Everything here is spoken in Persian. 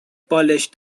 بالشت